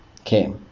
Okay